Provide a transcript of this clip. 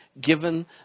given